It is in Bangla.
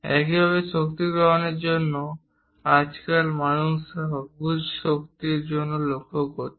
একইভাবে শক্তি সংগ্রহের জন্য আজকাল মানুষ সবুজ শক্তির জন্য লক্ষ্য করছে